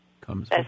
comes